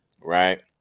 right